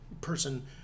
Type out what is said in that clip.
person